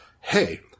hey